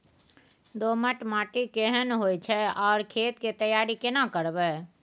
दोमट माटी केहन होय छै आर खेत के तैयारी केना करबै?